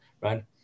right